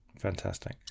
Fantastic